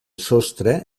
sostre